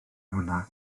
hwnna